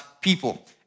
people